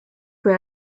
fue